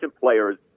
players